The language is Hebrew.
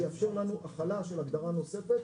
שיאפשר לנו החלה של הגדרה נוספת.